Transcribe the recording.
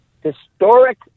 historic